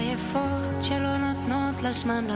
הודעת סגנית מזכיר הכנסת,